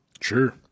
Sure